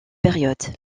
période